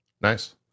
Nice